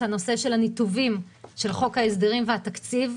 הנושא של הניתובים של חוק ההסדרים והתקציב.